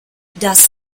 das